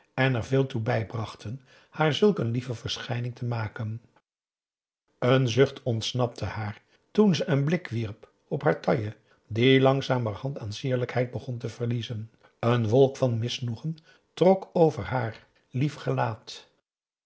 en er veel toe bijbrachten haar zulk een lieve verschijning te maken een zucht ontsnapte haar toen ze een blik wierp op haar taille die langzamerhand aan sierlijkheid begon te verliezen een wolk van misnoegen trok over haar lief gelaat